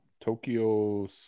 Tokyo